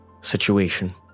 situation